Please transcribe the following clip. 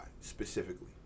specifically